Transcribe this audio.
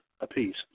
apiece